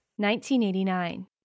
1989